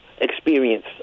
experience